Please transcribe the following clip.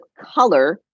color